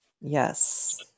Yes